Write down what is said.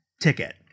ticket